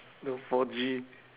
no four G